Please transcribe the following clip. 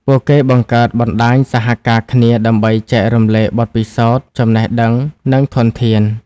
ពួកគេបង្កើតបណ្តាញសហការគ្នាដើម្បីចែករំលែកបទពិសោធន៍ ចំណេះដឹង និងធនធាន។